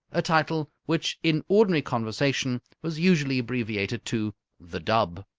a title which in ordinary conversation was usually abbreviated to the dub.